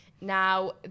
Now